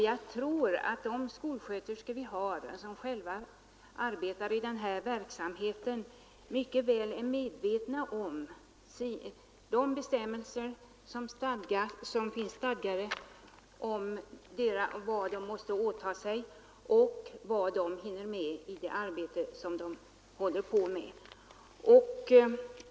Jag tror att skolsköterskorna själva är mycket väl medvetna om både de bestämmelser som finns beträffande vad de måste åta sig och om vad de hinner med i sitt arbete.